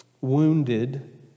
wounded